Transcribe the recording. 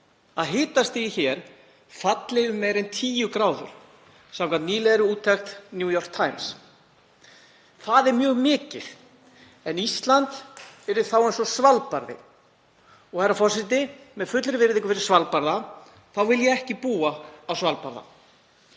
að hitastigið hér falli meira en um 10° C, samkvæmt nýlegri úttekt New York Times. Það er mjög mikið. Ísland yrði þá eins og Svalbarði. Og, herra forseti, með fullri virðingu fyrir Svalbarða þá vil ég ekki búa á Svalbarða.